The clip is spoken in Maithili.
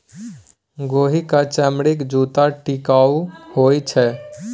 गोहि क चमड़ीक जूत्ता टिकाउ होए छै